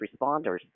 responders